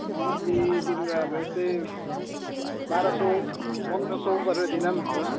monthly तिम्रो अब यस्तै बाह्र सय पन्ध्र सय गरेर दिँदा पनि हुन्छ